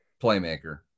playmaker